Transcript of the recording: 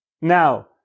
now